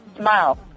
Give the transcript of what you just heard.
smile